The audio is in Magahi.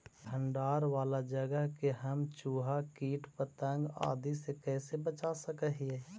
भंडार वाला जगह के हम चुहा, किट पतंग, आदि से कैसे बचा सक हिय?